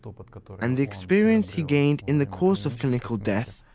but but and the experience he gained in the course of clinical death,